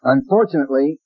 Unfortunately